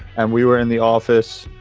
and we were in the office,